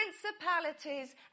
principalities